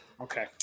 okay